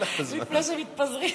לפני שמתפזרים.